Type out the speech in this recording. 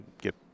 get